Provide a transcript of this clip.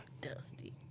Dusty